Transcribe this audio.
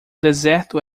deserto